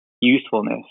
usefulness